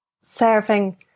serving